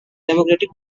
democratic